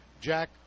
Jack